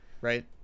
right